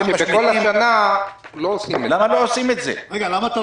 במשך כל השנה לא עושים את זה.